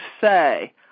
say